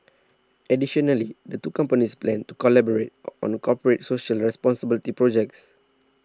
additionally the two companies plan to collaborate on corporate social responsibility projects